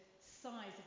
size